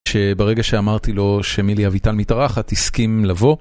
שברגע שאמרתי לו שמילי אביטל מתארחת, הסכים לבוא.